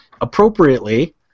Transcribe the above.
Appropriately